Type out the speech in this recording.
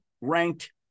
ranked